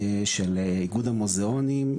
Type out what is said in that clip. של איגוד המוזיאונים,